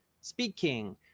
speaking